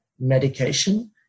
medication